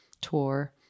tour